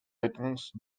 réponses